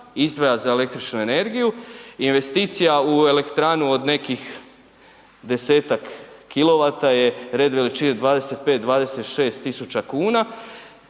izdvaja za električnu energiju, investicija u elektranu o nekih 10 kilovata je red veličina 25, 26.000 kuna,